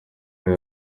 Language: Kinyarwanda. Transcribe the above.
kuri